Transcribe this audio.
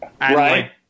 Right